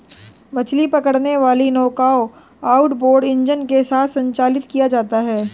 मछली पकड़ने वाली नौकाओं आउटबोर्ड इंजन के साथ संचालित किया जाता है